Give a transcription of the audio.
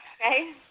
Okay